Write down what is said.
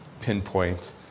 pinpoint